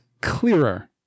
clearer